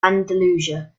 andalusia